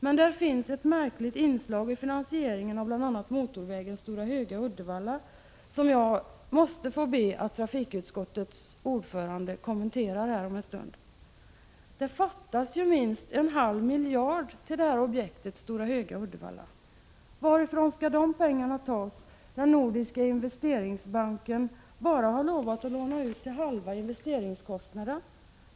Men det finns ett märkligt inslag i finansieringen av bl.a. motorvägen Stora Höga-Uddevalla som jag ber trafikutskottets ordförande att kommentera om en stund. Det fattas ju minst en halv miljard till objektet Stora Höga-Uddevalla. Varifrån skall dessa pengar tas, när Nordiska investeringsbanken har lovat att bara låna ut pengar till halva investeringskostnaden?